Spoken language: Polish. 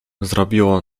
zrobiło